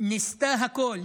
ניסתה הכול.